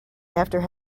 after